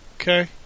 okay